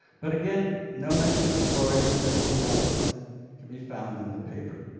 but again, no mention of freud or psychoanalysis can be found in the paper.